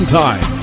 time